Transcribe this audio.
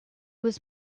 was